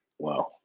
Wow